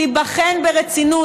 שתיבחן ברצינות.